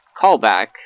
callback